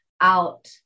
out